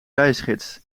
reisgids